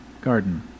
garden